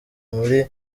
muri